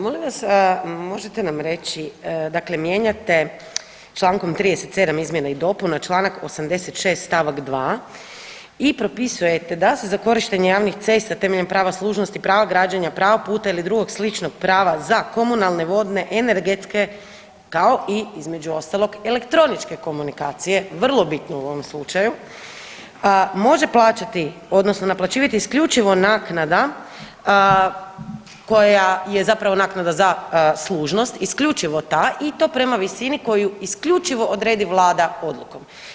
Molim vas, možete nam reći, dakle mijenjate čl. 37 izmjena i dopuna čl. 86 st. 2 i propisujete da se za korištenje javnih cesta temeljem prava služnosti, prava građenja, prava puta ili drugog sličnog prava za komunalne, vodne, energetske, kao i, između ostalog elektroničke komunikacije, vrlo bitno u ovoj slučaju, može plaćati, odnosno naplaćivati isključivo naknada koja je zapravo naknada za služnost, isključivo ta i to prema visinu koju isključivo odredi Vlada odlukom.